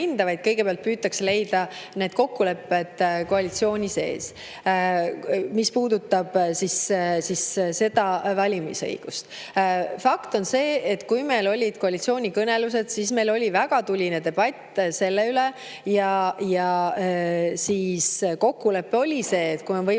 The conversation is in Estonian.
kõigepealt püütakse leida kokkulepped koalitsiooni sees. See puudutab siis valimisõigust. Fakt on see, et kui meil olid koalitsioonikõnelused, siis meil oli väga tuline debatt selle üle, ja kokkulepe on see, et kui on võimalik